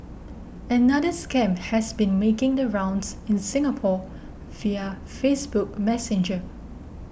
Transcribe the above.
another scam has been making the rounds in Singapore via Facebook Messenger